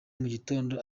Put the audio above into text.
mugitondo